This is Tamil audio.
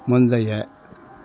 முந்தைய